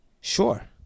Sure